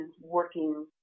working